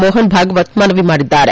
ಮೋಹನ್ ಭಾಗವತ್ ಮನವಿ ಮಾಡಿದ್ದಾರೆ